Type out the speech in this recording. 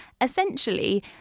essentially